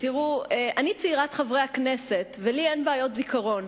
תראו, אני צעירת חברי הכנסת ולי אין בעיות זיכרון.